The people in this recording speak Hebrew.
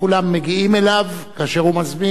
כולם מגיעים אליו כאשר הוא מזמין,